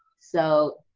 so,